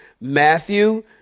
Matthew